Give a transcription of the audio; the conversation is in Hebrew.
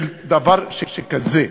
של דבר שכזה.